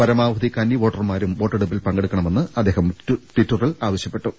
പരമാവധി കന്നി വോട്ടർമാരും വോട്ടെടുപ്പിൽ പങ്കെടുക്കണമെന്നും അദ്ദേഹം ടിറ്ററിൽ ആവശ്യപ്പെട്ടു